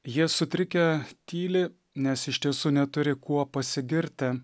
jie sutrikę tyli nes iš tiesų neturi kuo pasigirti